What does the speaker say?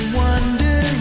wonder